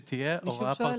רק למקרה שתהיה הוראה פרטנית.